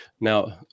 now